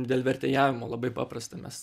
dėl vertėjavimo labai paprasta mes